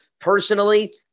Personally